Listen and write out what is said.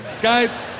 Guys